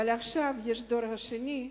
ועכשיו יש הדור השני,